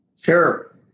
sure